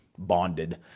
bonded